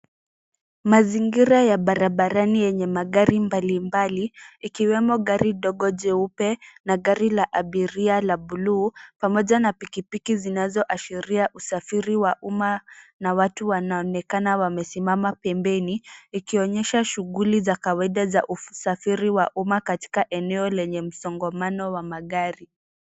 Mazingira ya barabarani yenye magari mbalimbali, ikiwemo gari dogo jeupe na gari la abiria la buluu pamoja na pikipiki zinazoashiria usafiri wa umma na watu wanaonekana wamesimama pembeni, ikionyesha shughuli za kawaida za usafiri wa umma katika eneo lenye msongamano wa magari.